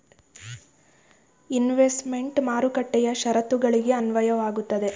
investment ಮಾರುಕಟ್ಟೆಯ ಶರತ್ತುಗಳಿಗೆ ಅನ್ವಯವಾಗುತ್ತದೆ